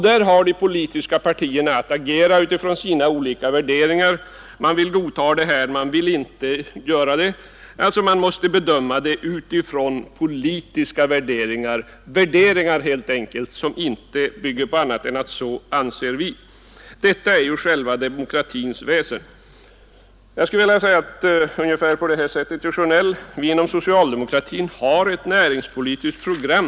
Där har de politiska partierna att agera utifrån sina olika värderingar: man vill godta förslagen, man vill inte göra det. Man måste göra bedömningarna utifrån politiska värderingar, som helt enkelt inte bygger på annat än att så anser vi. Detta är själva demokratins väsen. Till herr Sjönell skulle jag vilja säga: Vi inom socialdemokratin har ett näringspolitiskt program.